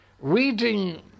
reading